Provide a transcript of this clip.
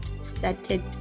started